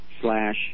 slash